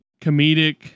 comedic